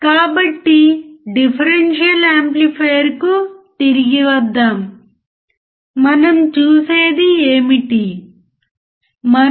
కాబట్టి ఇప్పుడు మనం బ్రెడ్బోర్డ్లో వోల్టేజ్ ఫాలోయర్ని చూడవచ్చు